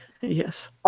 Yes